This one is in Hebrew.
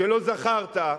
שלא זכרת.